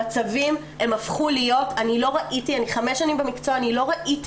המצבים הפכו להיות -- -אני חמש שנים במקצוע ולא ראיתי